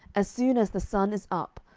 as soon as the sun is up,